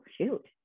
shoot